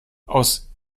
aus